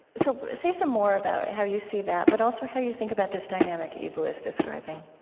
so say some more about how you see that, but also how you think about this dynamic eboo is describing